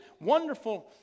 wonderful